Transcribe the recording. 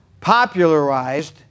popularized